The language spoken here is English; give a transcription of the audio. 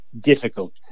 difficult